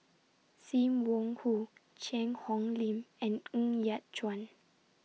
SIM Wong Hoo Cheang Hong Lim and Ng Yat Chuan